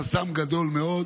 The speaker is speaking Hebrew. זה חסם גדול מאוד.